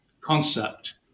concept